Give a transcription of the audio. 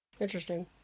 Interesting